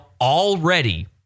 already